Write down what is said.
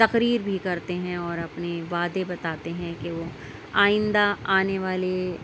تقریر بھی کرتے ہیں اور اپنے وعدے بتاتے ہیں کہ وہ آئندہ آنے والے